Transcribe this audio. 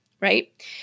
Right